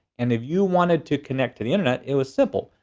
and if you wanted to connect to the internet, it was simple.